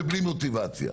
ובלי מוטיבציה.